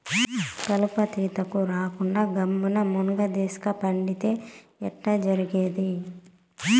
కలుపు తీతకు రాకుండా గమ్మున్న మున్గదీస్క పండితే ఎట్టా జరిగేది